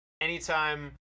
anytime